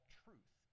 truth